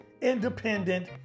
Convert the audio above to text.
independent